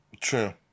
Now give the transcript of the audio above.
True